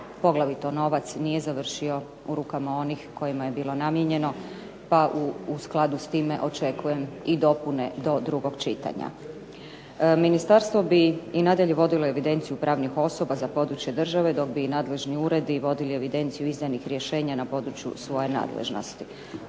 poglavito novac, nije završio u rukama onih kojima je bilo namijenjeno. Pa u skladu s time očekujem i dopune do drugog čitanja. Ministarstvo bi i nadalje vodilo evidenciju pravnih osoba za područje države, dok bi nadležni uredi vodili evidenciju izdanih rješenja na području svoje nadležnosti.